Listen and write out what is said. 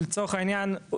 לצורך העניין,